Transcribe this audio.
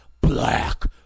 black